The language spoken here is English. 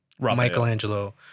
Michelangelo